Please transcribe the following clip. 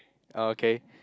oh okay